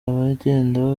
abagenda